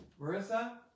Marissa